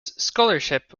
scholarship